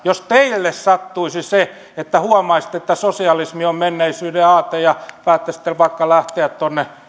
jos teille sattuisi se että huomaisitte että sosialismi on menneisyyden aate ja päättäisitte vaikka lähteä tuonne